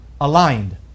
aligned